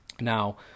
now